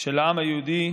של העם היהודי,